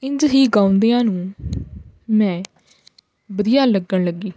ਇੰਝ ਹੀ ਗਾਉਂਦਿਆਂ ਨੂੰ ਮੈਂ ਵਧੀਆ ਲੱਗਣ ਲੱਗੀ